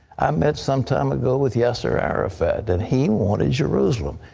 i met sometime ago with yasser arafat, and he wanted jerusalem.